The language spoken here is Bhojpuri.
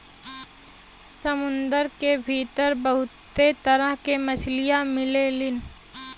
समुंदर के भीतर बहुते तरह के मछली मिलेलीन